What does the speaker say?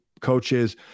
coaches